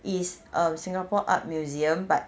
is um singapore art museum but